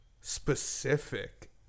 specific